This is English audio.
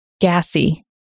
Gassy